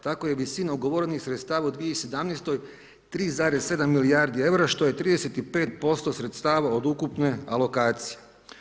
Tako je visina ugovorenih sredstava u 2017. 3,7 milijardi eura, što je 35% sredstva od ukupne alokacije.